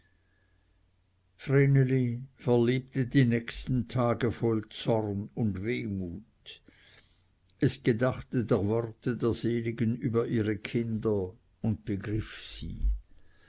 verlebte die nächsten tage voll zorn und wehmut es gedachte der worte der seligen über ihre kinder und begriff sie